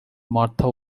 martha